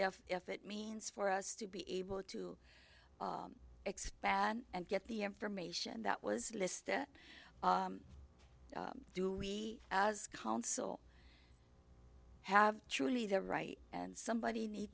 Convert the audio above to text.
if if it means for us to be able to expand and get the information that was listed do we as counsel have truly the right and somebody need